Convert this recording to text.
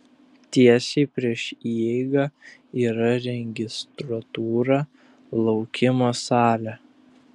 tiesiai prieš įeigą yra registratūra laukimo salė